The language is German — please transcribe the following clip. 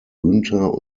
günther